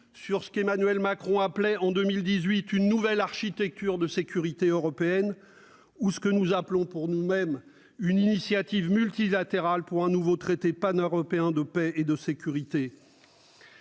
sur ce qu'Emmanuel Macron appelait en 2018 « une nouvelle architecture de sécurité européenne », ou sur ce que nous appelons, pour notre part, « une initiative multilatérale pour un nouveau traité paneuropéen de paix et de sécurité